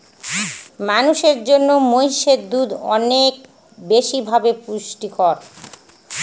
মানুষের জন্য মহিষের দুধ অনেক বেশি ভাবে পুষ্টিকর